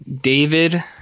David